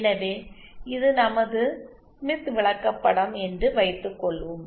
எனவே இது நமது ஸ்மித் விளக்கப்படம் என்று வைத்துக்கொள்வோம்